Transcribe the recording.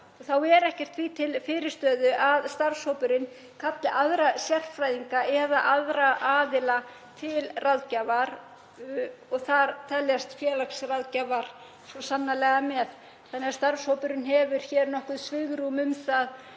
Þá er ekkert því til fyrirstöðu að starfshópurinn kalli aðra sérfræðinga eða aðra aðila til ráðgjafar, og þar teljast félagsráðgjafar svo sannarlega með. Þannig að starfshópurinn hefur nokkuð svigrúm um það